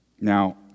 Now